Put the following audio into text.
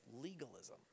legalism